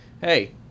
hey